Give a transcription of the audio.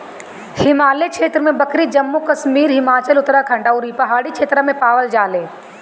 हिमालय क्षेत्र में बकरी जम्मू कश्मीर, हिमाचल, उत्तराखंड अउरी पहाड़ी क्षेत्र में पावल जाले